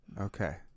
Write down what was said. Okay